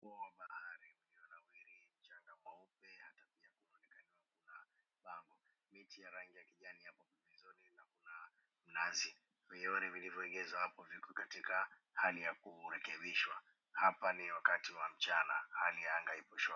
Ufuo wa bahari ulionawiri mchanga mweupe hata pia kunaonekana kuna bango. Miti ya rangi ya kijani ya pande zote na kuna mnazi. Vinyuni vilivyoegezwa hapo viko katika hali ya kurekebishwa. Hapa ni wakati wa mchana. Hali ya anga iko shwari.